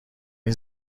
این